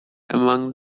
among